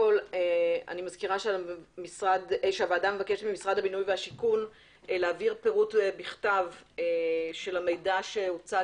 הוועדה מבקשת ממשרד הבינוי והשיכון להעביר פירוט בכתב של המידע שהוצג